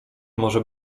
może